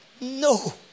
No